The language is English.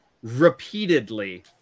Repeatedly